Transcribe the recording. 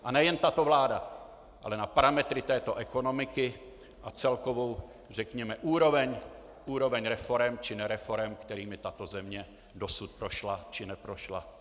A nejen tato vláda, ale na parametry této ekonomiky a celkovou úroveň reforem či nereforem, kterými tato země dosud prošla či neprošla.